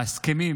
ההסכמים